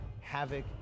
havoc